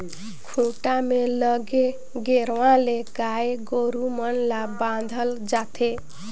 खूंटा में लगे गेरवा ले गाय गोरु मन ल बांधल जाथे